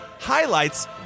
highlights